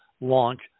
Launch